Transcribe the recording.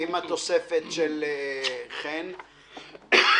עם התוספת של חן פליישר,